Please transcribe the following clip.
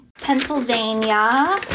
Pennsylvania